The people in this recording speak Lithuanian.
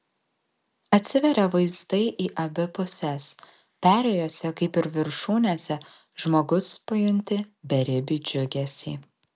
atsiveria vaizdai į abi puses perėjose kaip ir viršūnėse žmogus pajunti beribį džiugesį